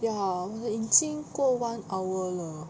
ya 我的已经过 one hour 了